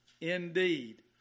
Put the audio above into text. indeed